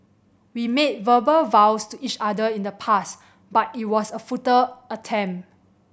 we made verbal vows to each other in the past but it was a futile attempt